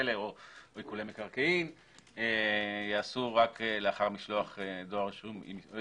עיקולי מקרקעין וכו', ייעשו רק לאחר מסירה אישית.